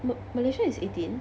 Malaysia is eighteen